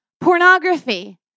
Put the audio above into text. pornography